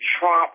trump